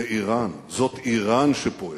זה אירן, זאת אירן שפועלת.